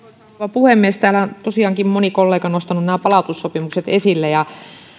puhemies täällä on tosiaankin moni kollega nostanut nämä palautussopimukset esille ja